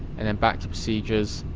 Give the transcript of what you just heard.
and then back to procedures,